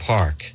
Park